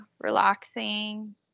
relaxing